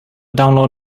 download